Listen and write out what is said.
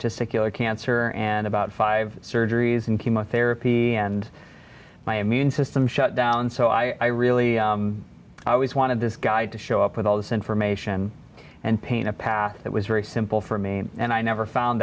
the cancer and about five surgeries and chemotherapy and my immune system shut down so i really always wanted this guy to show up with all this information and pain a path that was very simple for me and i never found